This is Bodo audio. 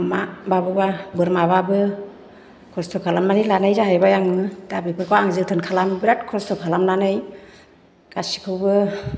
अमा माबाबा बोरमा बाबो खस्थ' खालामनानै लानाय जाहैबाय आङो दा बेफोरखौ आङो जोथोन खालामो बिराद खस्थ' खालामनानै गासिखौबो